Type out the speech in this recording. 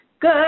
good